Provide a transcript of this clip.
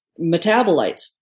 metabolites